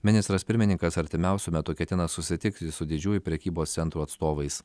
ministras pirmininkas artimiausiu metu ketina susitikti su didžiųjų prekybos centrų atstovais